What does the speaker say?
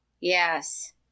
yes